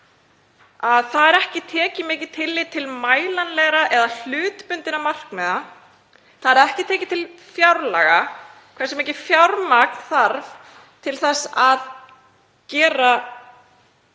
er að ekki er tekið mikið tillit til mælanlegra eða hlutbundinna markmiða, það er ekki tekið tillit til fjárlaga, hversu mikið fjármagn þarf til þess að